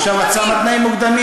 עכשיו את שמה תנאים מוקדמים?